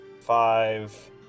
five